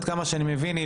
עד כמה שאני מבין,